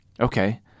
Okay